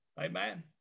Amen